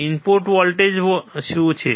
input ઉપર voltage શું છે